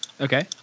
Okay